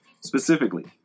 Specifically